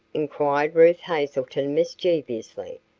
inquired ruth hazelton, mischievously.